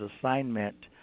assignment